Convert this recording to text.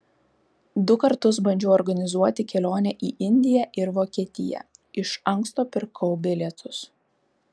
du kartus bandžiau organizuoti kelionę į indiją ir vokietiją iš anksto pirkau bilietus